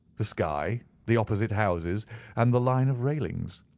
the sky, the opposite houses and the line of railings.